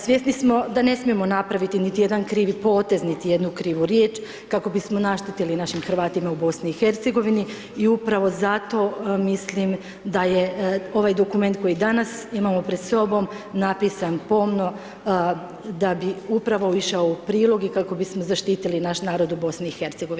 Svjesni smo da ne smijemo napraviti niti jedan krivi potez, niti jednu krivu riječ kako bismo naštetili našim Hrvatima u BiH i upravo zato mislim da je ovaj dokument koji danas imamo pred sobom napisan pomno da bi upravo išao u prilog kako bismo zaštitili naš narod u BiH.